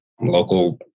local